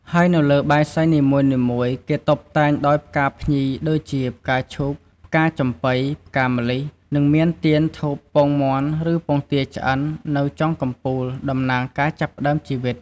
ហើយនៅលើបាយសីនីមួយៗ គេតុបតែងដោយ ផ្កាភ្ញីដូចជា ផ្កាឈូក ផ្កាចំប៉ី ផ្កាម្លិះ និងមាន ទៀន ធូប ពងមាន់ ឬពងទាឆ្អិន នៅចុងកំពូល តំណាងការចាប់ផ្តើមជីវិត។